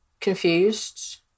confused